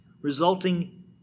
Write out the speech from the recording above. resulting